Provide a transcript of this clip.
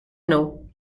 know